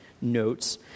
notes